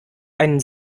einen